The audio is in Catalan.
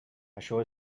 això